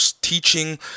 teaching